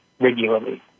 regularly